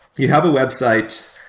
you have a website,